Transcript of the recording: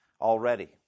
already